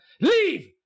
Leave